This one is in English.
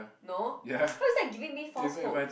no how is that giving me false hope